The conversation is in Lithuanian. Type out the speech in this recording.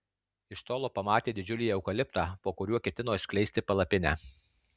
iš tolo pamatė didžiulį eukaliptą po kuriuo ketino išskleisti palapinę